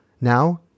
Now